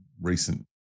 recent